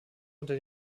unter